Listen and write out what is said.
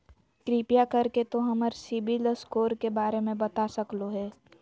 कृपया कर के तों हमर सिबिल स्कोर के बारे में बता सकलो हें?